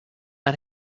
and